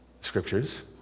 scriptures